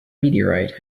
meteorite